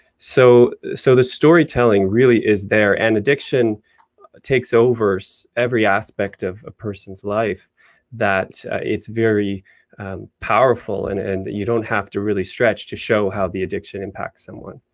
so so, the story telling really is there, and addiction takes over so every aspect of a person's life that it's very powerful and and you don't have to really stretch to show how the addiction impacts someone.